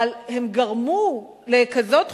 אבל הם גרמו לכזאת תחושה,